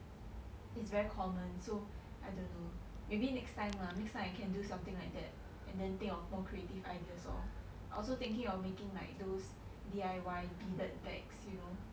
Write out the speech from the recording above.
it's very common so I don't know maybe next time lah next time I can do something like that and then think of more creative ideas lor I also thinking of making like those D_I_Y beaded bags you know